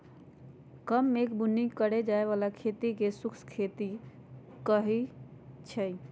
कम मेघ बुन्नी के करे जाय बला खेती के शुष्क खेती कहइ छइ